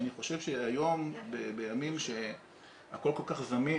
אני חושב שהיום בימים שהכול כל כך זמין